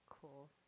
cool